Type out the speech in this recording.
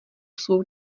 svou